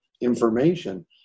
information